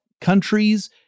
countries